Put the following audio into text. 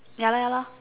ya lor ya lor